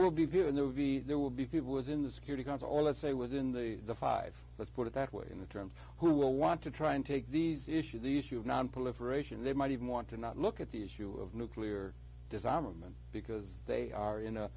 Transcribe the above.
will be given there will be there will be people within the security council that say within the five let's put it that way in the terms who will want to try and take these issues the issue of nonproliferation they might even want to not look at the issue of nuclear disarmament because they are in